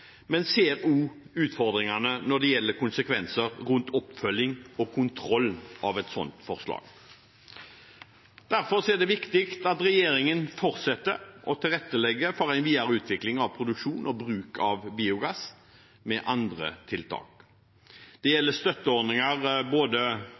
men jeg ser også utfordringene når det gjelder oppfølging og kontroll. Derfor er det viktig at regjeringen fortsetter å tilrettelegge for en videre utvikling av produksjon og bruk av biogass med andre tiltak, som bedre støtteordninger gjennom både Enova og Innovasjon Norge. Det